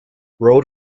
road